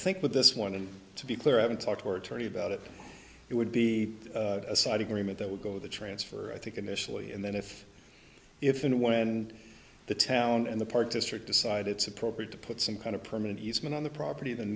think with this one and to be clear i haven't talked or attorney about it it would be a side agreement that would go the transfer i think initially and then if if and when the town and the park to sort decide it's appropriate to put some kind of permanent easement on the property th